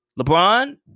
LeBron